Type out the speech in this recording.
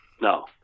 No